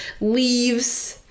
leaves